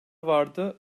vardı